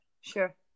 Sure